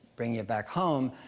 bringing it back home.